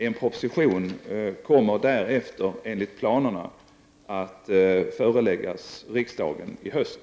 En proposition kommer därefter enligt planerna att föreläggas riksdagen i höst.